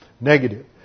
negative